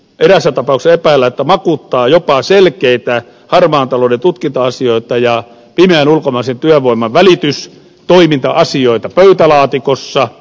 eräässä tapauksessa epäillään että poliisi makuuttaa jopa selkeitä harmaan talouden tutkinta asioita ja pimeän ulkomaisen työvoiman välitystoiminta asioita pöytälaatikossa